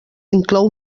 inclou